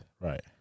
right